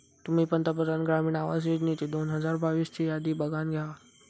तुम्ही पंतप्रधान ग्रामीण आवास योजनेची दोन हजार बावीस ची यादी बघानं घेवा